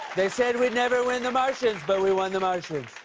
they said we'd never win the martians, but we won the martians.